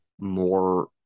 more